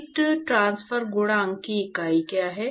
heat transfer गुणांक की इकाइयाँ क्या है